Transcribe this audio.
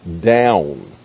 down